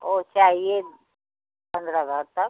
वह चाहिए पन्द्रह भर तक